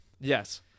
Yes